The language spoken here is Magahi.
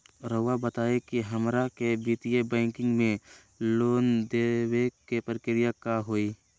रहुआ बताएं कि हमरा के वित्तीय बैंकिंग में लोन दे बे के प्रक्रिया का होई?